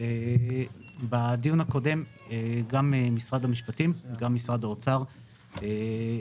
גם משרד המשפטים וגם משרד האוצר התנגדו